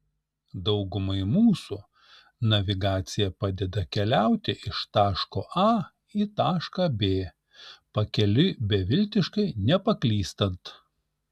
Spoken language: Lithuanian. daugumai mūsų navigacija padeda keliauti iš taško a į tašką b pakeliui beviltiškai nepaklystant